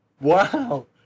wow